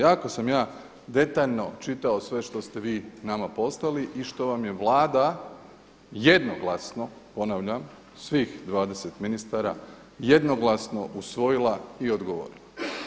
Jako sam ja detaljno čitao sve što ste vi nama poslali i što vam je Vlada jednoglasno, ponavljam, svih 20 ministara jednoglasno usvojila i odgovorila.